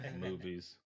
movies